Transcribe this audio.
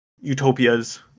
utopias